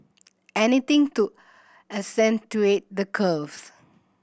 anything to accentuate the curves